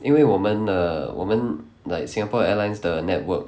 因为我们 err 我们 like singapore airlines 的 network